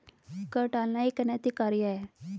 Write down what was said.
कर टालना एक अनैतिक कार्य है